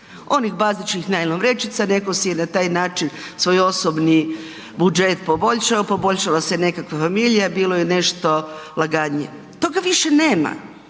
Onih bazičnih najlon vrećica, netko si je na taj način svoj osobni budžet poboljšao, poboljšala se nekakva familija, bilo je nešto laganije. Toga više nema.